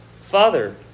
father